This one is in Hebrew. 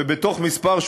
ובתוך כמה שבועות,